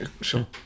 Sure